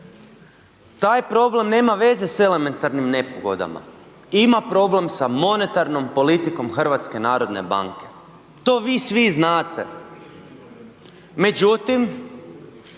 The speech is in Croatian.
taj problem nema veze s elementarnim nepogodama, ima problem sa monetarnom politikom Hrvatske narodne banke. To vi svi znate, međutim